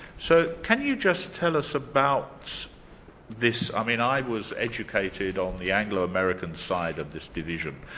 so can you just tell us about this i mean i was educated on the anglo-american side of this division,